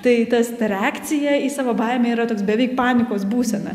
tai tas reakcija į savo baimė yra toks beveik panikos būsena